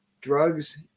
drugs